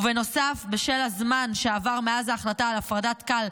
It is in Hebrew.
ובנוסף, בשל הזמן שעבר מאז ההחלטה על הפרדת כאל,